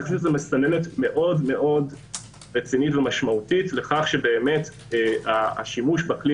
אני חושב שזו מסננת מאוד רצינית לכך שבאמת השימוש בכלי